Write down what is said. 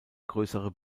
größere